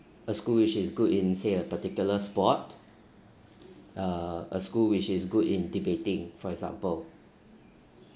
a school which is good in say a particular sport uh a school which is good in debating for example